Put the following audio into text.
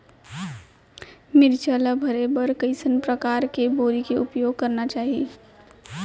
मिरचा ला भरे बर कइसना परकार के बोरी के उपयोग करना चाही?